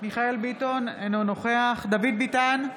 מיכאל מרדכי ביטון, אינו נוכח דוד ביטן,